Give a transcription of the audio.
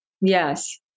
Yes